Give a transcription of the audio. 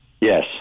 Yes